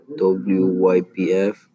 WYPF